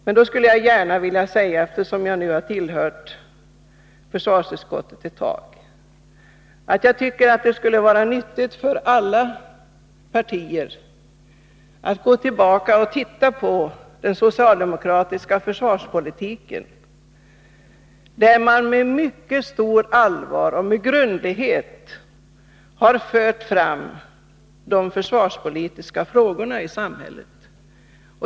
Men då skulle jag vilja säga — eftersom jag nu har tillhört försvarsutskottet ett tag — att jag tycker att det skulle vara nyttigt för alla partier att gå tillbaka och titta på den socialdemokratiska försvarspolitiken, där man med mycket stort allvar och med grundlighet har fört fram de försvarspolitiska frågorna i samhället.